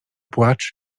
płacz